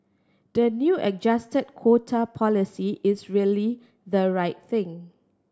the new adjusted quota policy is really the right thing